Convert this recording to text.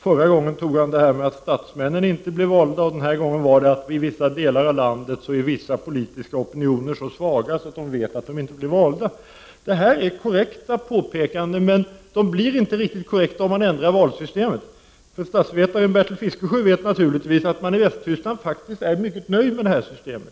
Förra gången tog han exemplet att statsmännen inte blir valda, och den här gången sade han att vissa politiska opinioner i vissa delar av landet är så svaga att de vet att de inte blir valda. Det är korrekta påpekanden, men de blir inte riktigt korrekta om valsystemet ändras. Statsvetaren Bertil Fiskesjö vet naturligtvis att man i Västtyskland är mycket nöjd med detta system.